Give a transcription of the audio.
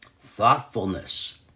Thoughtfulness